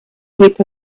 heap